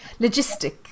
logistic